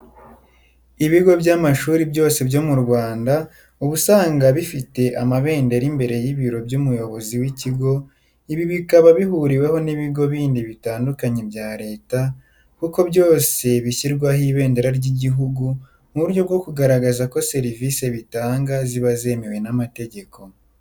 Ibigo by'amashuri byose byo mu Rwanda uba usanga bifite amabendera imbere y'ibiro by'umuyobozi w'ikigo, ibi bikaba bihuriweho n'ibigo bindi bitandukanye bya leta kuko byose bishyirwaho ibendera ry'igihugu mu buryo bwo kugaragaza ko serivisi bitanga ziba zemewe n'amategeko.